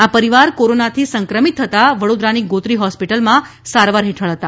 આ પરિવાર કોરોના થી સંક્રમિત થતાં વડોદરાની ગોત્રી હોસ્પિટલ માં સારવાર હેઠળ હતા